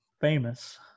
Famous